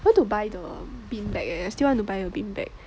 how to to buy the beanbag eh I still want to buy a beanbag